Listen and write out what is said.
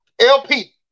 LP